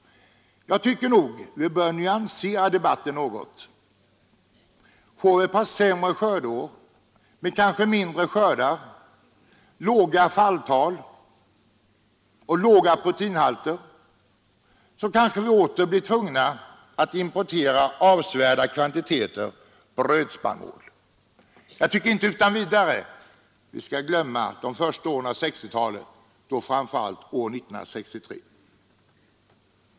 Jag tycker nog att vi bör nyansera debatten något. Får vi ett par sämre skördeår med kanske mindre skördar, låga falltal och låga proteinhalter kanske vi åter blir tvungna att importera avsevärda kvantiteter brödspannmål. Vi skall inte utan vidare glömma de första åren på 1960-talet, framför allt år 1963.